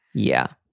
yeah,